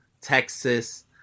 Texas